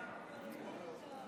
לגמרי.